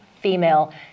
female